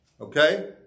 okay